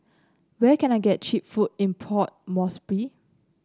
where can I get cheap food in Port Moresby